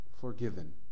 forgiven